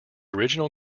original